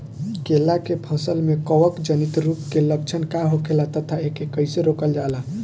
केला के फसल में कवक जनित रोग के लक्षण का होखेला तथा एके कइसे रोकल जाला?